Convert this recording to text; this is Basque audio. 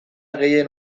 gehien